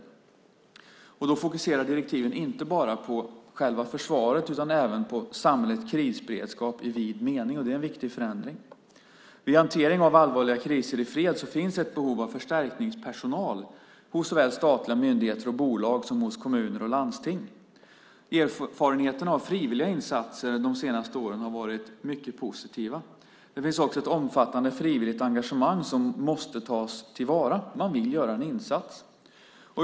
Direktiven fokuserar inte bara på själva försvaret utan även på samhällets krisberedskap i vid mening, och det är en viktig förändring. Vid hantering av allvarliga kriser i fred finns ett behov av förstärkningspersonal hos såväl statliga myndigheter och bolag som hos kommuner och landsting. Erfarenheterna av frivilliga insatser har de senaste åren varit mycket positiva. Det finns också ett omfattande frivilligt engagemang som måste tas till vara. Man vill göra en insats.